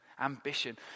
ambition